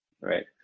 right